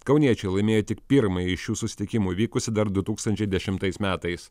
kauniečiai laimėję tik pirmąjį iš šių susitikimų įvykusi dar du tūkstančiai dešimtais metais